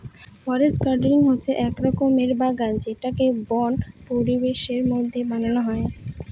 forest gardening হচ্ছে এক রকমের বাগান যেটাকে বন্য পরিবেশের মতো বানানো হয়